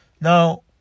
Now